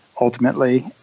ultimately